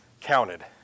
counted